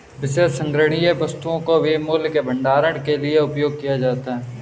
विशेष संग्रहणीय वस्तुओं को भी मूल्य के भंडारण के लिए उपयोग किया जाता है